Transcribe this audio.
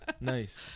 Nice